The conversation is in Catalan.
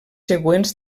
següents